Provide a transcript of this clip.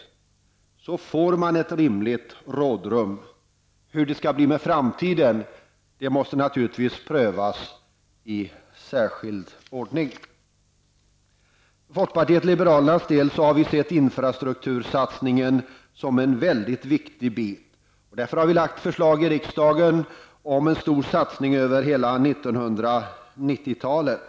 På det sättet får man ett rimligt rådrum. Hur det skall bli för framtiden måste naturligtvis prövas i särskild ordning. I folkpartiet liberalerna ser vi infrastruktursatsningen som en väldigt viktig sak. Därför har vi lagt fram förslag för riksdagen om en stor satsning över hela 1990-talet.